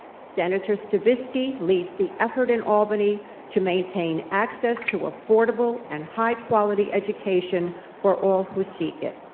senator stavisky leads the effort in albany to maintain access to affordable and high quality education for all who seek it.